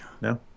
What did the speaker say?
no